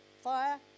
Fire